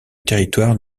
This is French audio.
territoire